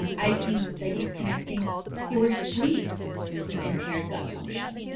um i've seen studies connecting poor sleep with impaired gut function.